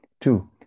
two